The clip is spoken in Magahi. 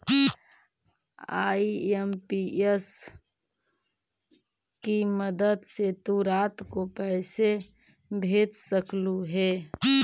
आई.एम.पी.एस की मदद से तु रात को पैसे भेज सकलू हे